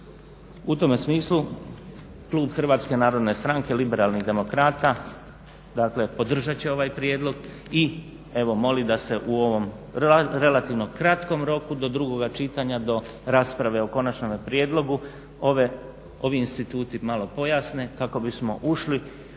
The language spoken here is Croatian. U tome smislu klub HNS-a Liberalnih demokrata podržat će ovaj prijedlog i evo molim da se u ovom relativno kratkom roku do drugog čitanja, do rasprave o konačnom prijedlogu ovi instituti malo pojasne kako bismo ušli